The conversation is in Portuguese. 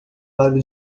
lado